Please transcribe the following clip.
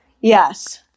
yes